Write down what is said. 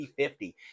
50-50